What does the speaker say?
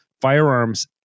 firearms